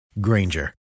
Granger